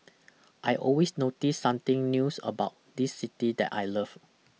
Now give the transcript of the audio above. I always notice something news about this city that I love